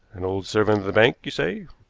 an old servant of the bank, you say?